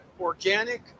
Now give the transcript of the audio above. organic